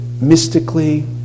mystically